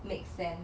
make sense